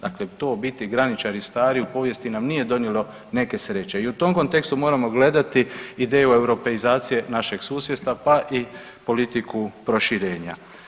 Dakle to biti graničari stari u povijesti nam nije donijelo neke sreće i u tom kontekstu moramo gledati ideju europeizacije našeg susjedstva pa i politiku proširenja.